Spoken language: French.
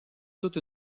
toute